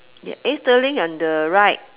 ya eh steering on the right